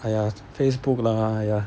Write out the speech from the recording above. !aiya! Facebook lah ya